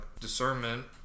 discernment